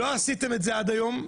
לא עשיתם את זה עד היום.